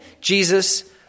Jesus